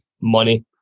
money